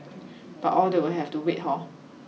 but all that will have to wait hor